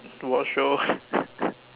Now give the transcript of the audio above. to watch show